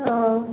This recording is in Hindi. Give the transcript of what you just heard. ओह